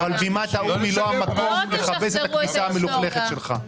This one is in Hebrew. אבל בימת האו"ם היא לא המקום לכבס את הכביסה המלוכלכת שלך.